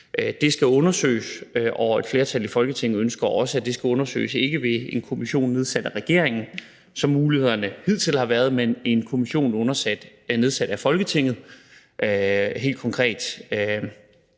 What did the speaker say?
Det skal undersøges, og et flertal i Folketinget ønsker også, at det skal undersøges, ikke ved en kommission nedsat af regeringen, som hidtil har været muligheden, men en kommission nedsat af Folketinget, helt konkret